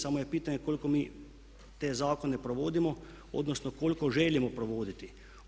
Samo je pitanje koliko mi te zakone provodimo odnosno koliko želimo provoditi.